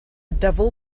devil